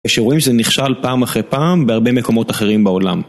ושרואים שזה נכשל פעם אחרי פעם בהרבה מקומות אחרים בעולם.